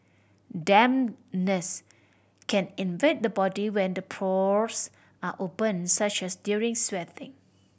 dampness can invade the body when the pores are open such as during sweating